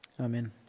Amen